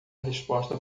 resposta